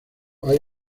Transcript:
hay